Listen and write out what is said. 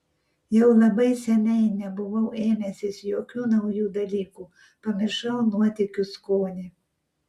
jau labai seniai nebuvau ėmęsis jokių naujų dalykų pamiršau nuotykių skonį